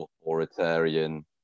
authoritarian